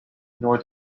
nor